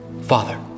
Father